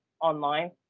online